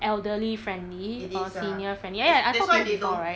elderly friendly or senior friendly ya ya I talk to you before right